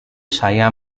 saya